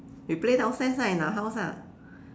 we play downstairs lah in our house ah